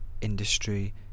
industry